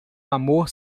amor